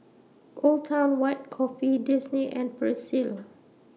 Old Town White Coffee Disney and Persil